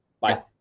bye